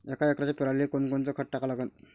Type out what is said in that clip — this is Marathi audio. यका एकराच्या पराटीले कोनकोनचं खत टाका लागन?